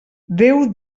déu